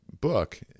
book